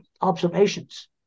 observations